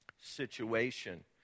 situation